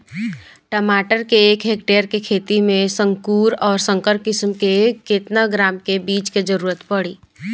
टमाटर के एक हेक्टेयर के खेती में संकुल आ संकर किश्म के केतना ग्राम के बीज के जरूरत पड़ी?